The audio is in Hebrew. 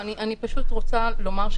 אני פשוט רוצה לומר,